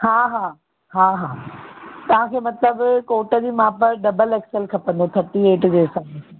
हा हा हा हा तव्हां खे मतिलबु कोट जे माप जो डबल ऐक्सल खपंदो थटी एट जे हिसाब सां